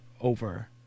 over